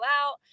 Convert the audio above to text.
out